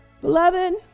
Beloved